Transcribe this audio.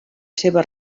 seva